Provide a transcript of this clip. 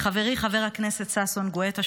לחברי חבר הכנסת ששון גואטה,